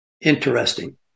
interesting